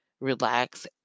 relax